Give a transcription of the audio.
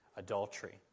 Adultery